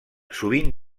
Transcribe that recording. sovint